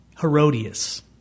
Herodias